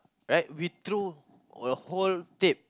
right we threw a whole tape right